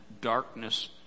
darkness